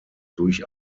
durch